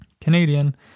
Canadian